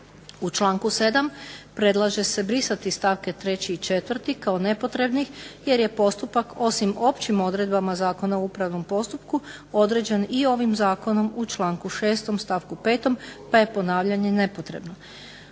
U članku 7. predlaže se brisati stavke 3. i 4. kao nepotrebni jer je postupak osim općim odredbama Zakona o upravnom postupku određen i ovim zakonom u članku 6. stavku 5. pa je ponavljanje nepotrebno.